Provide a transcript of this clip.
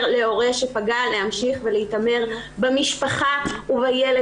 להורה שפגע להמשיך ולהתעמר במשפחה ובילד.